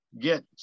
get